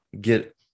get